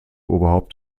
oberhaupt